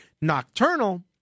nocturnal